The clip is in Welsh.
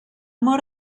mor